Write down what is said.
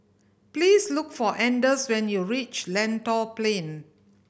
please look for Anders when you reach Lentor Plain